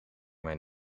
mijn